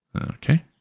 Okay